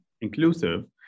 inclusive